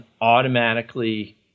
automatically